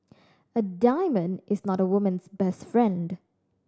a diamond is not a woman's best friend